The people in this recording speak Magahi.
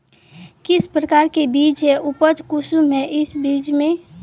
किस प्रकार के बीज है उपज कुंसम है इस बीज में?